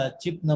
chip